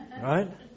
right